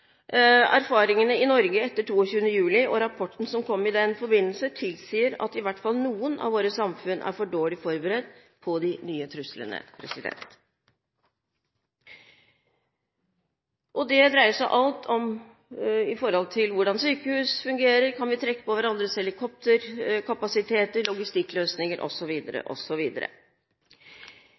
Erfaringene i Norge etter 22. juli og rapporten som kom i den forbindelse, tilsier at i hvert fall noen deler av vårt samfunn er for dårlig forberedt på de nye truslene. Det dreier seg om alt fra hvordan sykehus fungerer til om vi kan trekke på hverandres helekopterkapasiteter, logistikkløsninger